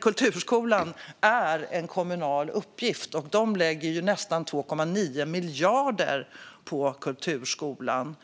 Kulturskolan är en kommunal uppgift. Kommunerna lägger nästan 2,9 miljarder på kulturskolan.